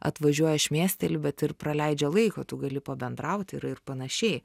atvažiuoja šmėsteli bet ir praleidžia laiko tu gali pabendrauti ir ir panašiai